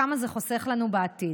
וכמה זה חוסך לנו בעתיד.